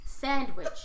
sandwich